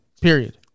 period